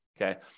Okay